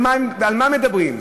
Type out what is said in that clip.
ועל מה מדברים?